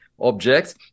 objects